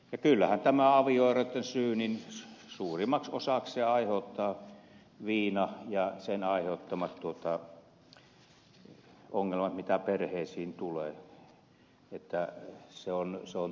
ja kyllähän avioerojen aiheuttaja suurimmaksi osaksi on viina ja sen aiheuttamat ongelmat mitä perheisiin tulee